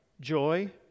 joy